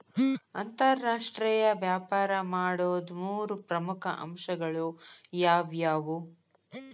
ಅಂತರಾಷ್ಟ್ರೇಯ ವ್ಯಾಪಾರ ಮಾಡೋದ್ ಮೂರ್ ಪ್ರಮುಖ ಅಂಶಗಳು ಯಾವ್ಯಾವು?